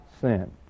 sin